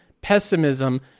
pessimism